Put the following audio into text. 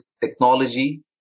technology